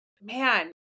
Man